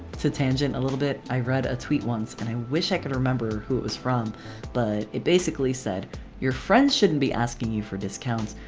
to tangent a little bit. i read a tweet once and i wish i could remember who it was from but it basically said your friends shouldn't be asking you for discounts.